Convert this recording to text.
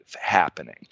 happening